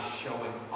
showing